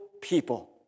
people